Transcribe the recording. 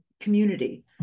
community